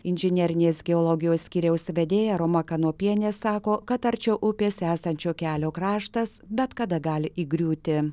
inžinerinės geologijos skyriaus vedėja roma kanopienė sako kad arčiau upės esančio kelio kraštas bet kada gali įgriūti